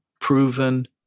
proven